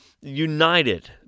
united